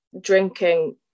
drinking